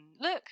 look